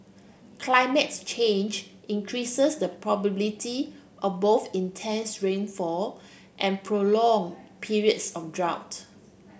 climate change increases the probability of both intense rainfall and prolong periods of drought